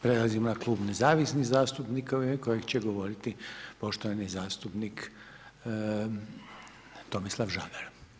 Prelazimo na Klub nezavisnih zastupnika, u ime kojeg će govoriti poštovani zastupnik Tomislav Žagar.